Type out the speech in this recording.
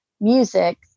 music